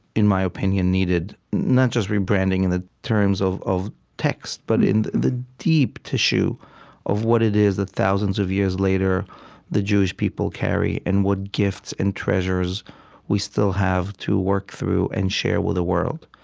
in my opinion, needed. not just rebranding in the terms of of text, but in the deep tissue of what it is that thousands of years later the jewish people carry and what gifts and treasures we still have to work through and share with the world.